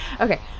Okay